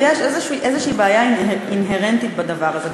ויש איזו בעיה אינהרנטית בדבר הזה.